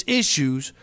issues –